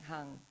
Hung